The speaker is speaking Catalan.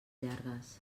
llargues